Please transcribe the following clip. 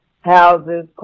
houses